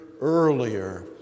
earlier